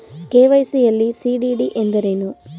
KYC ಯಲ್ಲಿ CDD ಎಂದರೇನು?